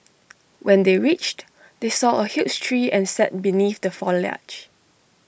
when they reached they saw A huge tree and sat beneath the foliage